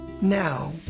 Now